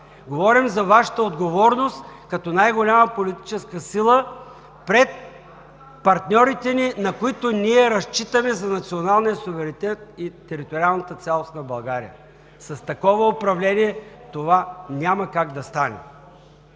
Говорим за Вашата отговорност като най-голяма политическа сила пред партньорите ни, на които разчитаме за националния суверенитет и териториалната цялост на България. С такова управление това няма как да стане.